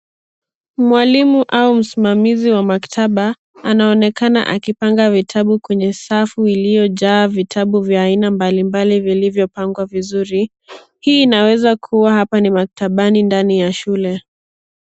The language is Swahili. Mwalimu au msimamizi wa maktaba anaonekana akipanga vitabu kwenye safu, iliyojaa vitabu vya aina mbalimbali vilivyopangwa vizuri. Hii inaweza kuwa hapa ni maktabani ndani ya shule.